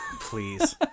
Please